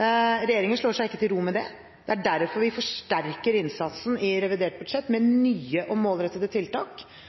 Regjeringen slår seg ikke til ro med det. Det er derfor vi forsterker innsatsen i revidert budsjett med nye og målrettede tiltak.